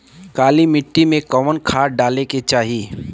काली मिट्टी में कवन खाद डाले के चाही?